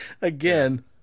Again